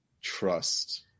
trust